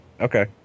Okay